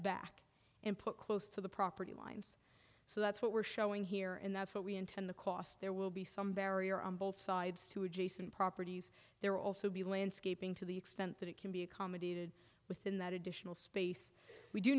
back and put close to the property line so that's what we're showing here and that's what we intend the cost there will be some barrier on both sides to adjacent properties there also be landscaping to the extent that it can be accommodated within that additional space we do